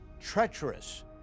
treacherous